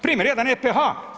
Primjer jedan, EPH.